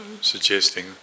suggesting